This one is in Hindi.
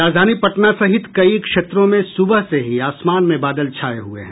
राजधानी पटना सहित कई क्षेत्रों में सुबह से ही आसमान में बादल छाये हुये हैं